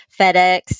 FedEx